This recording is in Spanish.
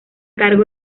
cargo